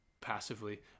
passively